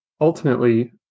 ultimately